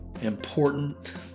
important